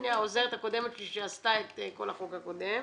העוזרת הקודמת שלי שעשתה את כל החוק הקודם